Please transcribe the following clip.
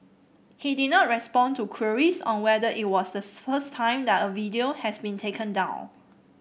he did not respond to queries on whether it was the first time that a video has been taken down